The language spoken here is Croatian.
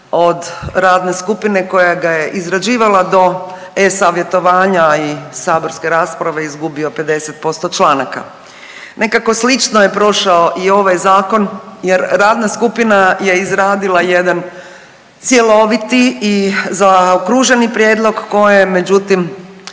od radne skupine koja ga je izrađivala do e-Savjetovanja i saborske rasprave izgubio 50% članaka. Nekako slično je prošao i ovaj zakon jer radna skupina je izradila jedan cjeloviti i zaokruženi prijedlog koje međutim